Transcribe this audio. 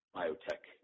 biotech